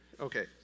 Okay